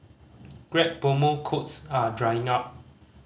grab promo codes are drying up